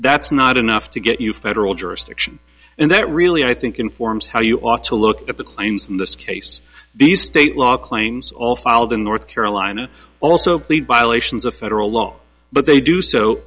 that's not enough to get you federal jurisdiction and that really i think informs how you ought to look at the claims in this case these state law claims all filed in north carolina also lead violations of federal law but they do so